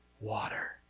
water